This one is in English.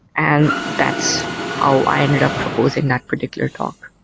and that's how i ended up proposing that particular talk.